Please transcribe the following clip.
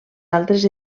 altres